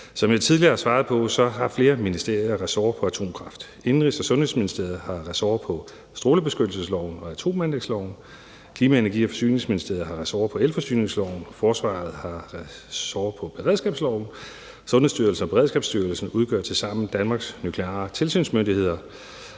Som jeg tidligere har svaret på, har flere ministerier ressort i forhold til atomkraft. Indenrigs- og Sundhedsministeriet har ressort på strålebeskyttelsesloven og atomanlægsloven, Klima-, Energi- og Forsyningsministeriet har ressort på elforsyningsloven, Forsvaret har ressort på beredskabsloven, og Sundhedsstyrelsen og Beredskabsstyrelsen udgør tilsammen Danmarks nukleare tilsynsmyndigheder.